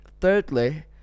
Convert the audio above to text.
thirdly